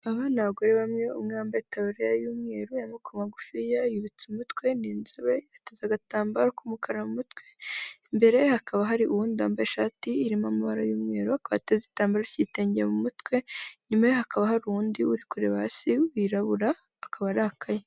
Aba ni abagore bamwe umwe wambaye itaburiya y'umweru y'amaboko magufiya yubitse umutwe ni inzobe ateze agatambaro k'umukara mu mutwe imbere ye hakaba hari uwundi wambaye ishati irimo amabara y'umweru akaba ateze igitambaro cy'igitenge mu mutwe inyuma hakaba hari undi uri kureba hasi wirabura akaba arakaye.